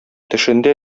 төшендә